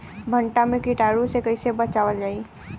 भनटा मे कीटाणु से कईसे बचावल जाई?